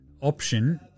option